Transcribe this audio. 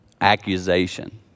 Accusation